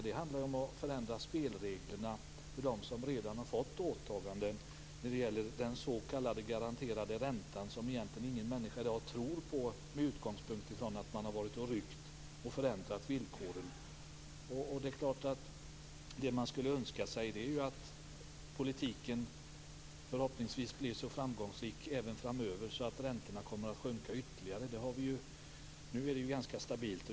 Det handlar ju om att förändra spelreglerna för dem som redan har fått åtaganden när det gäller den s.k. garanterade räntan som ingen egentligen tror på i dag med utgångspunkt i att man har förändrat villkoren. Det man skulle önska sig är att politiken förhoppningsvis blir så framgångsrik framöver att räntorna sjunker ytterligare. Nu är det ganska stabilt.